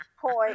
point